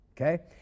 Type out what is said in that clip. okay